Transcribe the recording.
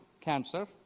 cancer